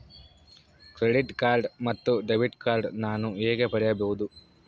Credit card ಮತ್ತು debit card ನಾನು ಹೇಗೆ ಪಡೆಯಬಹುದು?